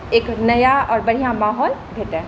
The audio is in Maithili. एक नया और बढ़िआँ माहौल भेटै